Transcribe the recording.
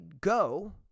go